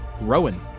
Rowan